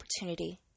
opportunity